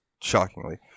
shockingly